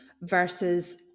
versus